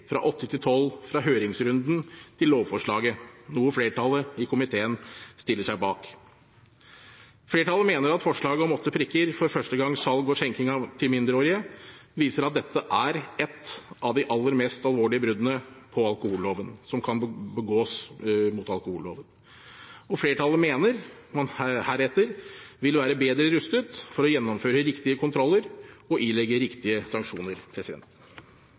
fra åtte til tolv, fra høringsrunden til lovforslaget, noe flertallet i komiteen stiller seg bak. Flertallet mener at forslaget om åtte prikker for første gangs salg og skjenking til mindreårige viser at dette er ett av de aller mest alvorlige bruddene som kan begås mot alkoholloven. Flertallet mener man heretter vil være bedre rustet for å gjennomføre riktige kontroller og ilegge riktige sanksjoner.